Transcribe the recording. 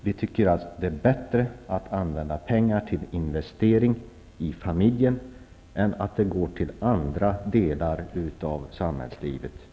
Vi tycker att det är bättre att använda pengar till investeringar i familjen än att de går till andra delar av samhällslivet.